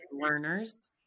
learners